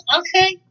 okay